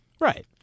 Right